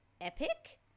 epic